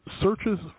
Searches